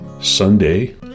Sunday